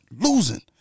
losing